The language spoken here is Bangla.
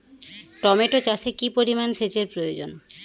টমেটো চাষে কি পরিমান সেচের প্রয়োজন?